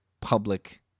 public